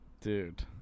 dude